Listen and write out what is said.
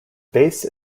base